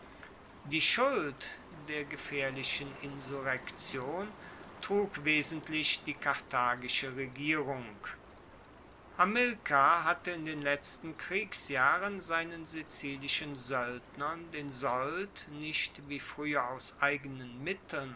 die schuld der gefaehrlichen insurrektion trug wesentlich die karthagische regierung hamilkar hatte in den letzten kriegsjahren seinen sizilischen soeldnern den sold nicht wie frueher aus eigenen mitteln